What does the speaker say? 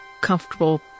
comfortable